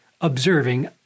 observing